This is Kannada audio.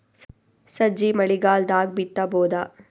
ಸಜ್ಜಿ ಮಳಿಗಾಲ್ ದಾಗ್ ಬಿತಬೋದ?